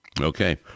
Okay